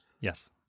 Yes